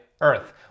Earth